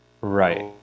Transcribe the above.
Right